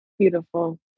Beautiful